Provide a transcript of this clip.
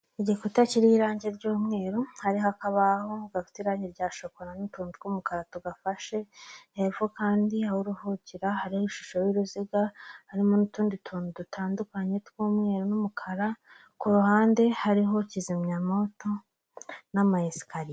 Igikuta kiriho irangi ry'umweru hariho hakabaho gafite irangi rya shokora n'utuntu tw'umukara tugafashe hepfo kandi aho uruhukira hariho ishusho y'uruziga, harimo n'utundi tuntu dutandukanye tw'umweru n'umukara, ku ruhande hariho kizimyamowoto n'ama esikariye.